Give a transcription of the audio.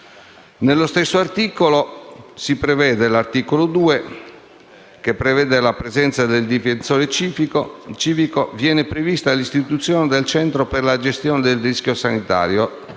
Nello stesso articolo 2, che prevede la presenza del difensore civico, viene prevista l'istituzione del Centro per la gestione del rischio sanitario